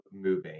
moving